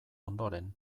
ondoren